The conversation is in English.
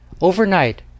Overnight